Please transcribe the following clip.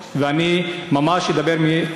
אני אדבר על שתי נקודות ואני ממש אדבר מרוכז,